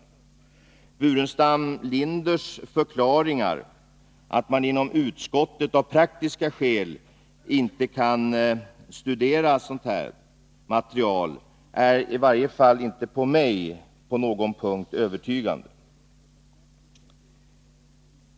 Herr Burenstam Linders förklaringar att man inom utskottet av praktiska skäl inte kan studera detta material verkar i varje fall inte på mig på någon punkt övertygande.